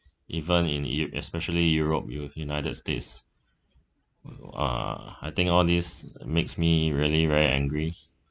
even in eu~ especially europe u~ united states uh I think all these makes me really very angry